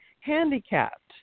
handicapped